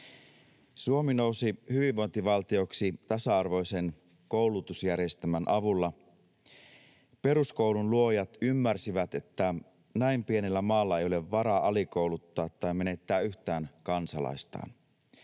Suomi nousi hyvinvointivaltioksi tasa-arvoisen koulutusjärjestelmän avulla. Peruskoulun luojat ymmärsivät, että näin pienellä maalla ei ole varaa alikouluttaa tai menettää yhtään kansalaistaan.